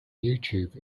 youtube